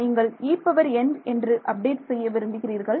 நீங்கள் En update செய்ய விரும்புகிறீர்கள்